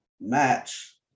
match